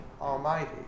Almighty